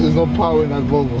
little plow and